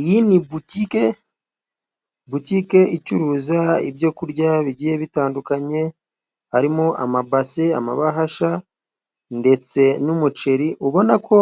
Iyi ni butike icuruza ibyokurya bigiye bitandukanye. Harimo amabase, amabahasha ndetse n'umuceri. Ubona ko